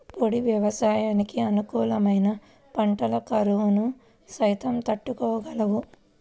పొడి వ్యవసాయానికి అనుకూలమైన పంటలు కరువును సైతం తట్టుకోగలవు